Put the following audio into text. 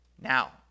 Now